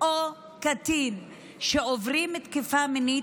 או קטין שעוברים תקיפה מינית,